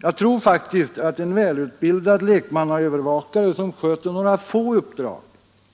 Jag tror faktiskt att en välutbildad Anslag till kriminallekmannaövervakare som sköter några få uppdrag